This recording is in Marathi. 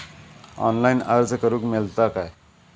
ऑनलाईन अर्ज करूक मेलता काय?